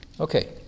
Okay